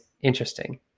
interesting